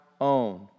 own